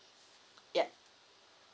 ya